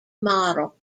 model